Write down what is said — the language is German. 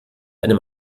einem